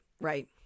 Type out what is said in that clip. right